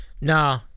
no